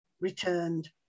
returned